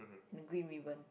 and a green ribbon